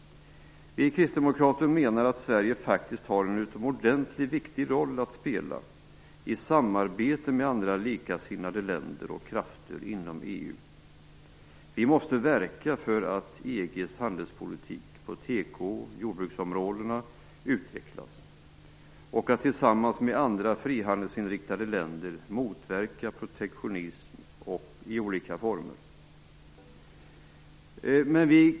Vi kristdemokrater menar att Sverige faktiskt har en utomordentligt viktig roll att spela i samarbete med andra likasinnade länder och krafter inom EU. Vi måste verka för att EG:s handelspolitik på teko och jordbruksområdena utvecklas. Tillsammans med andra frihandelsinriktade länder måste vi motverka protektionismen i olika former.